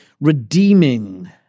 redeeming